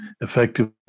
effective